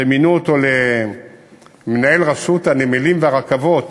שמינו אותו למנהל רשות הנמלים והרכבות,